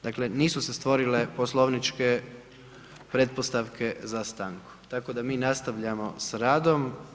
Dakle, nisu se stvorile poslovničke pretpostavke za stanku tako da mi nastavljamo s radom.